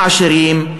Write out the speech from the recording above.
העשירים,